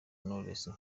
knowless